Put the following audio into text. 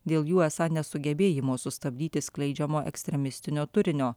dėl jų esą nesugebėjimo sustabdyti skleidžiamo ekstremistinio turinio